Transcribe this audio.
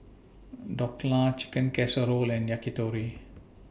Dhokla Chicken Casserole and Yakitori